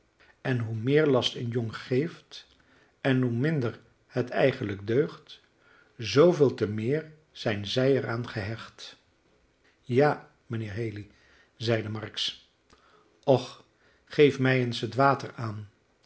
en hoe meer last een jong geeft en hoe minder het eigenlijk deugt zooveel te meer zijn zij er aan gehecht ja mijnheer haley zeide marks och geef mij eens het water aan